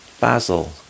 Basil